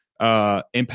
impact